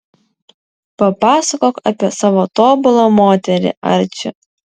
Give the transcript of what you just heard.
papasakok apie savo tobulą moterį arči